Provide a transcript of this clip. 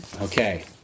Okay